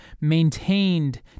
maintained